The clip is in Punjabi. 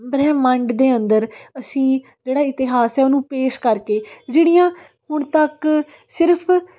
ਬ੍ਰਹਿਮੰਡ ਦੇ ਅੰਦਰ ਅਸੀਂ ਜਿਹੜਾ ਇਤਿਹਾਸ ਹੈ ਉਹਨੂੰ ਪੇਸ਼ ਕਰਕੇ ਜਿਹੜੀਆਂ ਹੁਣ ਤੱਕ ਸਿਰਫ